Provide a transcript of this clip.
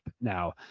now